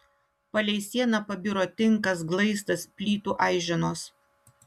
palei sieną pabiro tinkas glaistas plytų aiženos